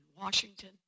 Washington